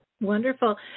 Wonderful